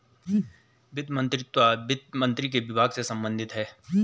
वित्त मंत्रीत्व वित्त मंत्री के विभाग से संबंधित है